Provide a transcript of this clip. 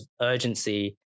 urgency